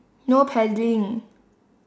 no paddling